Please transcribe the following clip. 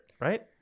right